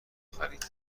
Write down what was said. خرید